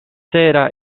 cera